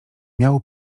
miał